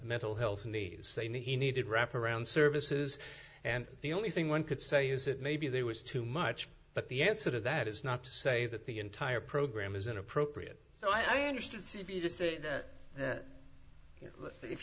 mental health and they knew he needed wrap around services and the only thing one could say is it maybe there was too much but the answer to that is not to say that the entire program is inappropriate so i understood that